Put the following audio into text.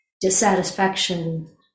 Dissatisfaction